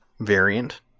variant